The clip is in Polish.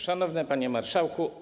Szanowny Panie Marszałku!